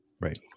Right